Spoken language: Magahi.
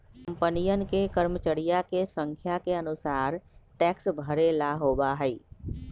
कंपनियन के कर्मचरिया के संख्या के अनुसार टैक्स भरे ला होबा हई